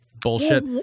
bullshit